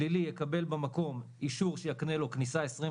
שלילי יקבל במקום אישור שיקנה לו כניסה 24